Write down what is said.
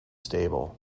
stable